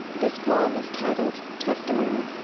this poem is titled testimony.